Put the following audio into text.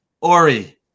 Ori